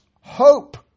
hope